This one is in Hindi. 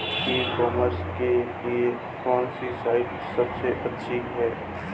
ई कॉमर्स के लिए कौनसी साइट सबसे अच्छी है?